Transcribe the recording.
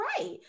right